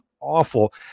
awful